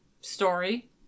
story